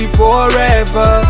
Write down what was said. forever